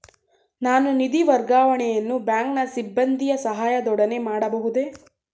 ನಾನು ನಿಧಿ ವರ್ಗಾವಣೆಯನ್ನು ಬ್ಯಾಂಕಿನ ಸಿಬ್ಬಂದಿಯ ಸಹಾಯದೊಡನೆ ಮಾಡಬಹುದೇ?